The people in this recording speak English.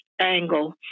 angle